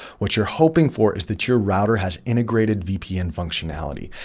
what you're hoping for is that your router has integrated vpn functionality.